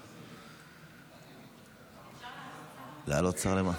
אפשר רגע לדבר,